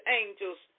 angels